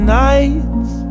nights